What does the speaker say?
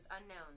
unknown